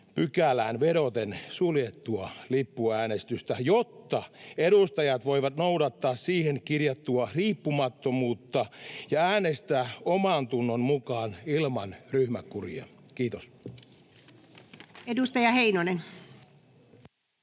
29 §:ään vedoten suljettua lippuäänestystä, jotta edustajat voivat noudattaa siihen kirjattua riippumattomuutta ja äänestää omantunnon mukaan ilman ryhmäkuria. — Kiitos. [Speech